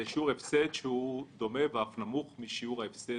זה שיעור הפסד דומה ואף נמוך משיעור ההפסד